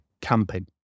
camping